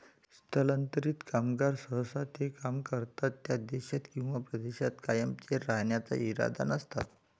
स्थलांतरित कामगार सहसा ते काम करतात त्या देशात किंवा प्रदेशात कायमचे राहण्याचा इरादा नसतात